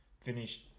finished